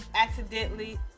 accidentally